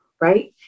Right